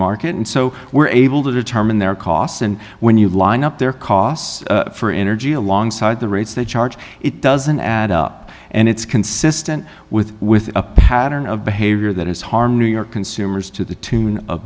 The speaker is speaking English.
market and so we're able to determine their costs and when you line up their costs for energy alongside the rates they charge it doesn't add up and it's consistent with with a pattern of behavior that has harmed new york consumers to the tune of